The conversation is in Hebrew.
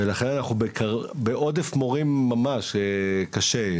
ולכן אנחנו בעודף מורים ממש קשה.